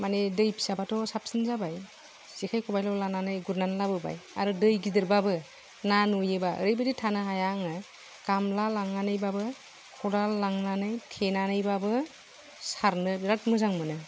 मानि दै फिसाबाथ' साबसिन जाबाय जेखाय खबायल' लानानै गुरनानै लाबोबाय आरो दै गिदिरबाबो ना नुयोबा ओरैबायदि थानो हाया आङो गामला लांनानैबाबो खदाल लांनानै थेनानैब्लाबो सारनो बिराथ मोजां मोनो